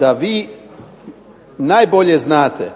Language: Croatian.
da vi najbolje znate